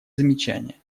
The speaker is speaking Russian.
замечания